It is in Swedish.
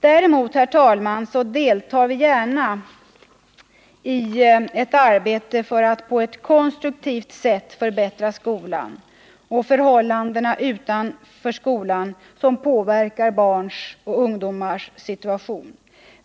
Däremot, herr talman, deltar vi gärna i ett arbete som syftar till att på ett konstruktivt sätt förbättra skolan och de förhållanden utanför skolan som påverkar barns och ungdomars situation.